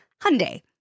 Hyundai